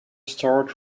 start